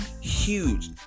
huge